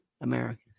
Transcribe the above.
Americans